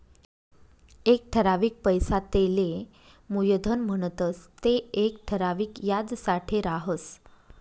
एक ठरावीक पैसा तेले मुयधन म्हणतंस ते येक ठराविक याजसाठे राहस